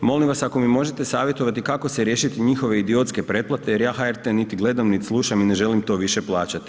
Molim vas ako me možete savjetovati kako se riješiti njihove idiotske pretplate jer ja HRT niti gledam, niti slušam i ne želim to više plaćati.